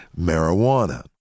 marijuana